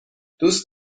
دوست